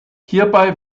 hierbei